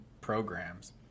programs